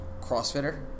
CrossFitter